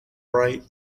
right